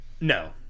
no